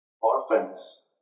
orphans